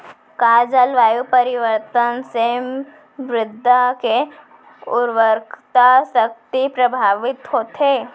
का जलवायु परिवर्तन से मृदा के उर्वरकता शक्ति प्रभावित होथे?